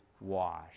wash